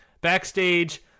Backstage